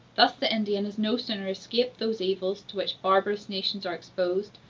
thus the indian has no sooner escaped those evils to which barbarous nations are exposed,